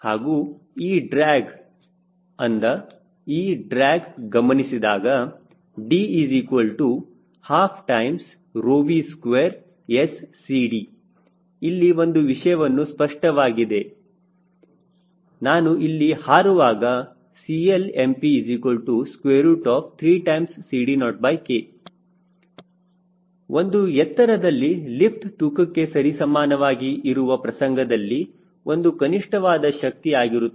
ಹಾಗೂ ಈ ಡ್ರ್ಯಾಗ್ ಅಂದ ಈ ಡ್ರ್ಯಾಗ್ ಗಮನಿಸಿದಾಗ D12V2SCD ಇಲ್ಲಿ ಒಂದು ವಿಷಯವು ಸ್ಪಷ್ಟವಾಗಿದೆ ನಾನು ಇಲ್ಲಿ ಹಾರುವಾಗ CLmp3 CD0K ಒಂದು ಎತ್ತರದಲ್ಲಿ ಲಿಫ್ಟ್ ತೂಕಕ್ಕೆ ಸರಿಸಮಾನವಾಗಿ ಇರುವ ಪ್ರಸಂಗದಲ್ಲಿ ಇದು ಕನಿಷ್ಠವಾದ ಶಕ್ತಿ ಆಗಿರುತ್ತದೆ